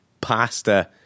pasta